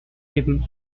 him